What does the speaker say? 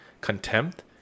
contempt